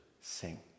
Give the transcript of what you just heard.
sing